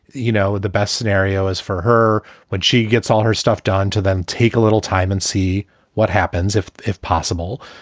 you know, the best scenario is for her when she gets all her stuff done to them, take a little time and see what happens if if possible,